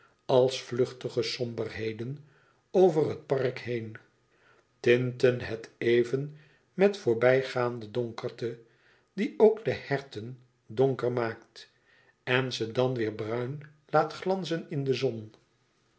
als vluchtige somberheden over het park heen tinten het even met voorbijgaande donkerte die ook de herten een oogenblik donker maakt en ze dan weêr bruin laat glanzen in zon